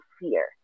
fear